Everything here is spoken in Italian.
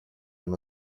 uno